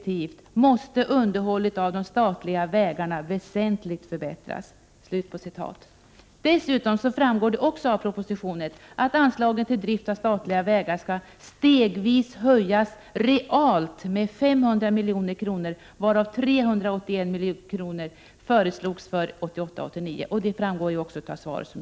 1988 89, vilket också framgår av kommunikationsministerns svar.